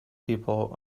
people